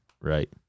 Right